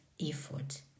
effort